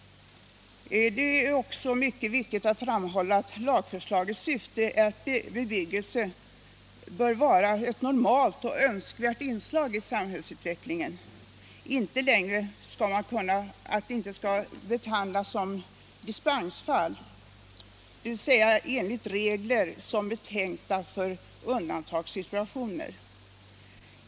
Det är också mycket viktigt att framhålla att syftet är att bebyggelse bör vara ett normalt och önskvärt inslag i samhällsutvecklingen och inte längre behandlas som dispensfall, dvs. enligt regler som är tänkta för undantagssituationer.